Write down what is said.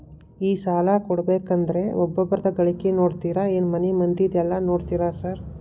ಈ ಸಾಲ ಕೊಡ್ಬೇಕಂದ್ರೆ ಒಬ್ರದ ಗಳಿಕೆ ನೋಡ್ತೇರಾ ಏನ್ ಮನೆ ಮಂದಿದೆಲ್ಲ ನೋಡ್ತೇರಾ ಸಾರ್?